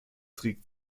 trägt